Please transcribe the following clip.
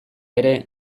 ere